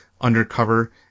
undercover